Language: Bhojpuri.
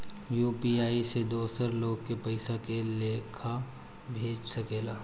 यू.पी.आई से दोसर लोग के पइसा के लेखा भेज सकेला?